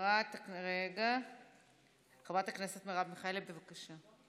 חברת הכנסת מרב מיכאלי, בבקשה.